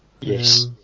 Yes